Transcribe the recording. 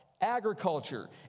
agriculture